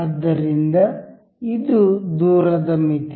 ಆದ್ದರಿಂದ ಇದು ದೂರದ ಮಿತಿ